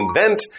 invent